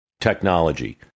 technology